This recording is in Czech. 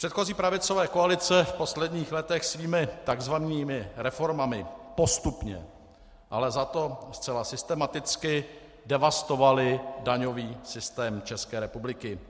Předchozí pravicové koalice v posledních letech svými takzvanými reformami postupně, ale zato zcela systematicky, devastovaly daňový systém České republiky.